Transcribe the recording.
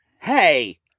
Hey